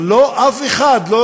אבל אף אחד לא